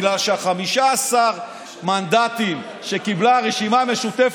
כי ה-15 מנדטים שקיבלה הרשימה המשותפת,